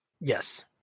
Yes